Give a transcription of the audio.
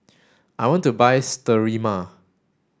I want to buy Sterimar